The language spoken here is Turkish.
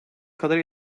kadar